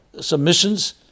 submissions